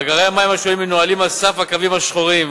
מאגרי המים השונים מנוהלים על סף הקווים השחורים,